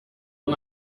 ngo